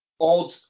odd